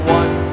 one